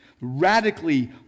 Radically